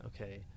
okay